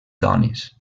dones